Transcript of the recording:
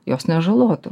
jos nežalotų